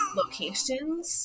locations